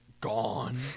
gone